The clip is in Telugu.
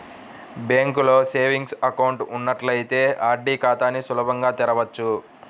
బ్యాంకులో సేవింగ్స్ అకౌంట్ ఉన్నట్లయితే ఆర్డీ ఖాతాని సులభంగా తెరవచ్చు